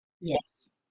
Yes